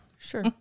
Sure